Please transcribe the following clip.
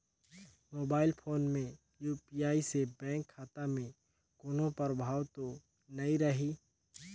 Mobile phone मे UPI से bank खाता मे कोनो प्रभाव तो नइ रही?